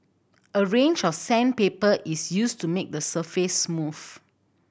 a range of sandpaper is used to make the surface smooth